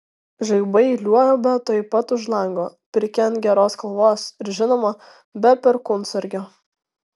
žaibai liuobia tuoj pat už lango pirkia ant geros kalvos ir žinoma be perkūnsargio